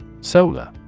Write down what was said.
Solar